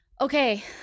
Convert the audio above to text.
okay